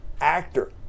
actor